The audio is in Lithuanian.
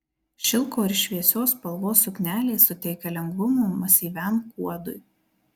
šilko ir šviesios spalvos suknelė suteikia lengvumo masyviam kuodui